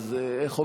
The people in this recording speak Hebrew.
איך אומרים,